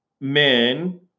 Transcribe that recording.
men